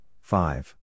five